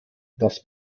das